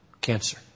Cancer